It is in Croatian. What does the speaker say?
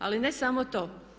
Ali ne samo to.